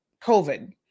COVID